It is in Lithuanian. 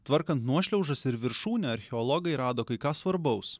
tvarkant nuošliaužas ir viršūnę archeologai rado kai ką svarbaus